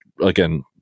again